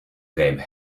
game